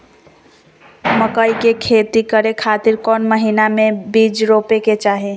मकई के खेती करें खातिर कौन महीना में बीज रोपे के चाही?